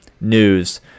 news